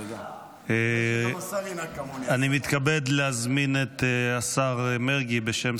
אני מתכבד להזמין את השר מרגי להציג בשם